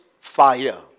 fire